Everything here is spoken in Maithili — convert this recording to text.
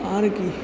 आर की